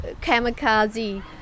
kamikaze